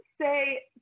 say